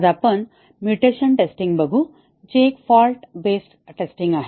आज आपण mutation testing बघू जे एक फॉल्ट बेस्ड टेस्टिंग आहे